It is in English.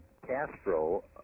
Castro